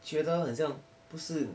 觉得很像不是